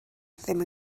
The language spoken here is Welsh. ddim